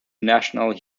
national